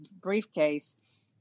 briefcase